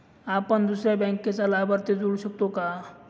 आपण दुसऱ्या बँकेचा लाभार्थी जोडू शकतो का?